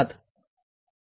७ ३